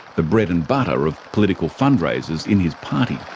the bread and butter of political fundraisers in his party.